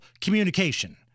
communication